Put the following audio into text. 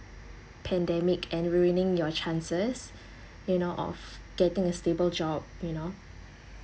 pandemic and ruining your chances you know of getting a stable job you know